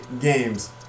games